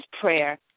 prayer